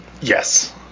Yes